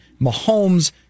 Mahomes